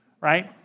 right